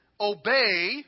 Obey